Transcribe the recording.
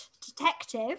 detective